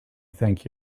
thank